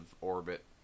orbit